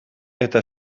eta